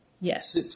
Yes